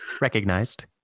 Recognized